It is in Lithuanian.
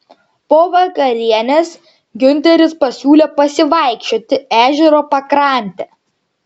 po vakarienės giunteris pasiūlė pasivaikščioti ežero pakrante